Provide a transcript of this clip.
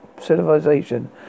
civilization